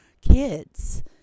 kids